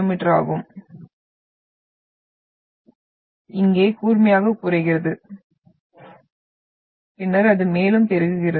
me ஆகும் இது இங்கே கூர்மையாகக் குறைக்கிறது பின்னர் அது மேலும் பெருகுகிறது